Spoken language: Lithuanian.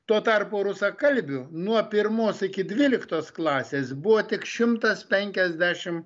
tuo tarpu rusakalbių nuo pirmos iki dvyliktos klasės buvo tik šimtas penkiasdešim